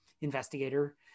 investigator